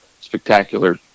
spectacular